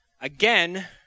again